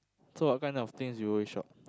so what kind of things you will shop